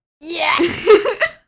Yes